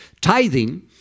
Tithing